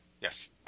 yes